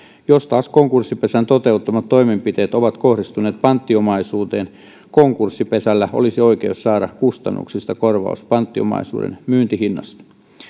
jos taas konkurssipesän toteuttamat toimenpiteet ovat kohdistuneet panttiomaisuuteen konkurssipesällä olisi oikeus saada kustannuksista korvaus panttiomaisuuden myyntihinnasta